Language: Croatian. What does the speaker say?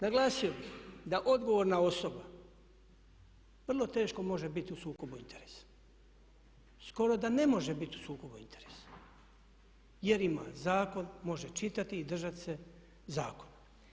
Naglasio bih da odgovorna osoba vrlo teško može biti u sukobu interesa, skoro da ne može biti u sukobu interesa jer ima zakon, može čitati i držati se zakona.